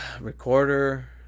recorder